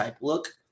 look